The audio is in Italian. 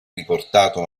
riportato